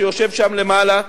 שיושב שם למעלה.